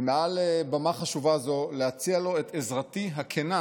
ומעל במה חשובה זו להציע לו את עזרתי הכנה